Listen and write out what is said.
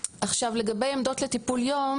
עמדות לטיפול יום